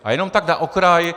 A jenom tak na okraj.